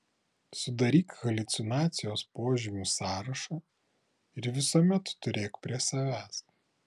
sudaryk haliucinacijos požymių sąrašą ir visuomet turėk prie savęs